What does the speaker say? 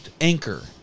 Anchor